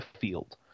field